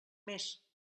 més